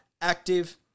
active